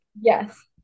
Yes